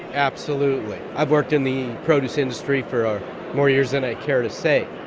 absolutely. i've worked in the produce industry for more years than i care to say.